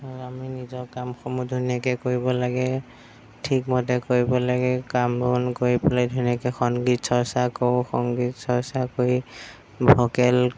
আমি নিজৰ কামসমূহ ধুনীয়াকৈ কৰিব লাগে ঠিকমতে কৰিব লাগে কাম বন কৰি পেলাই ধুনীয়াকৈ সংগীত চৰ্চা কৰোঁ সংগীত চৰ্চা কৰি ভকেল